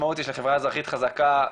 חזקה,